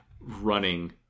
running